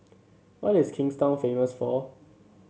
what is Kingstown famous for